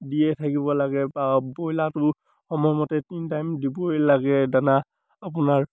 দিয়ে থাকিব লাগে বা ব্ৰইলাৰটো সময়মতে তিনি টাইম দিবই লাগে দানা আপোনাৰ